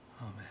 Amen